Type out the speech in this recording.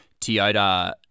Toyota